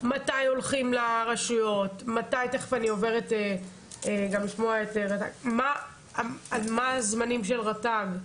מתי הולכים לרשויות, מה הזמנים של רט"ג,